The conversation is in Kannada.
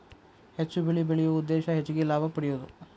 ಹೆಚ್ಚು ಬೆಳಿ ಬೆಳಿಯು ಉದ್ದೇಶಾ ಹೆಚಗಿ ಲಾಭಾ ಪಡಿಯುದು